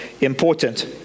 important